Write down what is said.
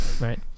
Right